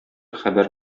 хәбәр